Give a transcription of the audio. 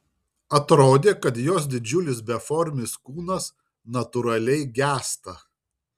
atrodė kad jos didžiulis beformis kūnas natūraliai gęsta